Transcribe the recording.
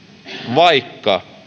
vaikka